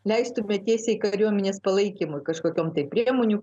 leistume tiesiai kariuomenės palaikymui kažkokiom tų priemonių